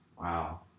Wow